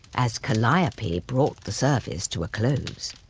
as calliope brought the service to a close,